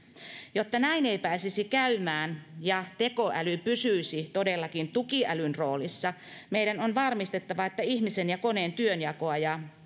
jotta näin ei pääsisi käymään ja tekoäly pysyisi todellakin tukiälyn roolissa meidän on varmistettava että ihmisen ja koneen työnjakoa ja